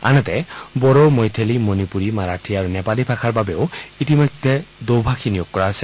আনহাতে বড়ো মৈথেলী মণিপুৰী মাৰাথী আৰু নেপালী ভাষাৰ বাবেও ইতিমধ্যে দোভাষী নিয়োগ কৰা হৈছে